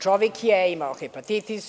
Čovek je imao hepatitis.